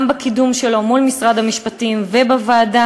גם בקידום שלו מול משרד המשפטים ובוועדה,